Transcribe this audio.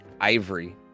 Ivory